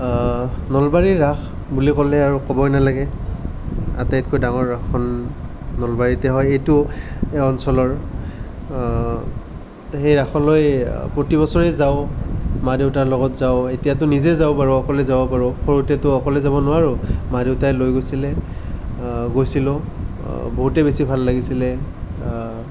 নলবাৰীৰ ৰাস বুলি ক'লে আৰু ক'বই নেলাগে আটাইতকৈ ডাঙৰ ৰাসখন নলবাৰীতে হয় এইটো এই অঞ্চলৰ সেই ৰাসলৈ প্ৰতি বছৰে যাওঁ মা দেউতাৰ লগত যাওঁ এতিয়াতো নিজে যাব পাৰোঁ অকলে যাব পাৰোঁ সৰুতেটো অকলে যাব নোৱাৰোঁ মা দেউতাই লৈ গৈছিলে গৈছিলোঁ বহুতে বেছি ভাল লাগিছিলে